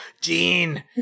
Gene